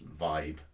vibe